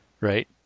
Right